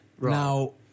now